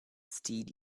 steed